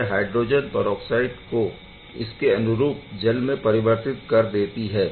यह hydrogen peroxide को इसके अनुरूप जल में परिवर्तित कर देती है